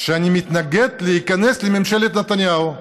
שאני מתנגד להיכנס לממשלת נתניהו.